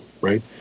right